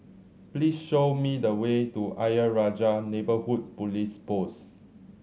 please show me the way to Ayer Rajah Neighbourhood Police Post